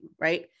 right